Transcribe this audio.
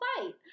fight